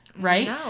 right